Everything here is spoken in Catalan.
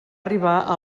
arribar